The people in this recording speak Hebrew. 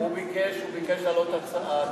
הוא ביקש להעלות הצעה,